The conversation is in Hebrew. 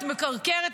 את מקרקרת,